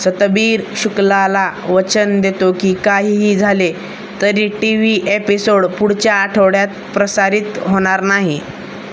सतबीर शुक्लाला वचन देतो की काहीही झाले तरी टी व्ही एपिसोड पुढच्या आठवड्यात प्रसारित होणार नाही